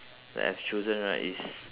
that I've chosen right is